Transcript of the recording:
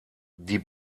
die